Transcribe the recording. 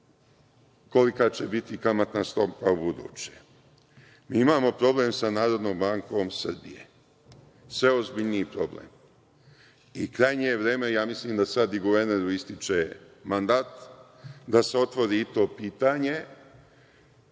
kolika će biti kamatna stopa u buduće? Imamo problem sa Narodnom bankom Srbije, sve ozbiljniji problem i krajnje je vreme, mislim, sada i guverneru ističe mandat, da se otvori i to pitanje.